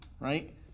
right